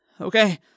Okay